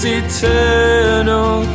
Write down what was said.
eternal